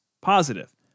positive